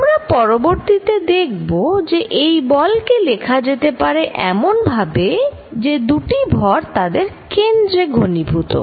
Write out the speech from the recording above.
আমরা পরবর্তীতে দেখব যে এই বল কে লেখা যেতে পারে এমন ভাবে যে দুটি ভর তাদের কেন্দ্রে ঘনীভূত